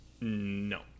no